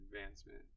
advancement